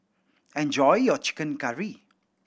enjoy your chicken curry